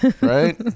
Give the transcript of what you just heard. Right